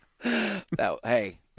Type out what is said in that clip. Hey